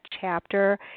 chapter